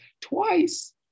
twice